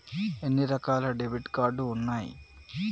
ఎన్ని రకాల debit card ఉన్నాయి?